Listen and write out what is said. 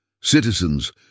Citizens